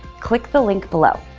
click the link below,